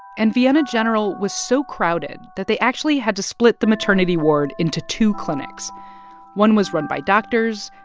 and vienna general was so crowded that they actually had to split the maternity ward into two clinics one was run by doctors,